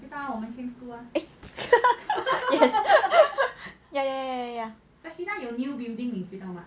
yes ya ya ya